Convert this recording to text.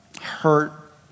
hurt